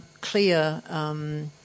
clear